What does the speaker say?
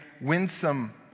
winsome